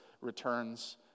returns